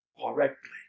correctly